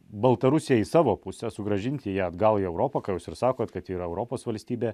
baltarusiją į savo pusę sugrąžinti ją atgal į europą ką jūs ir sakot kad ji yra europos valstybė